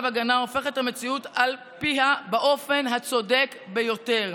הגנה הופכת את המציאות על פיה באופן הצודק ביותר.